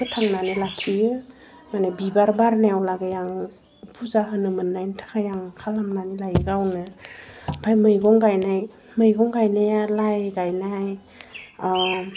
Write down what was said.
फोथांनानै लाखियो माने बिबार बारनायाव लागै आं फुजा होनो मोननायनि थाखाय आं खालामनानै लायो गावनो ओमफ्राय मैगं गायनाय मैगं गायनाया लाइ गायनाय